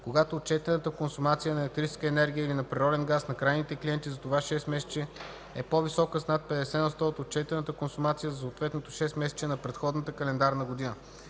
когато отчетената консумация на електрическа енергия или на природен газ на крайните клиенти за това шестмесечие е по-висока с над 50 на сто от отчетената консумация за съответното шестмесечие на предходната календарна година.